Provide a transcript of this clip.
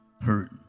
hurt